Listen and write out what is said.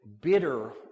bitter